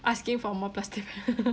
asking for more plastic